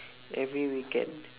every weekend